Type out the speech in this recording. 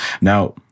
Now